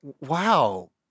Wow